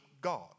God